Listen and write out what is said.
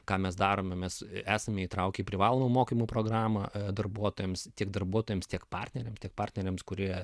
ką mes darom mes esam įtraukę į privalomų mokymų programą darbuotojams tiek darbuotojams tiek partneriams tiek partneriam kurie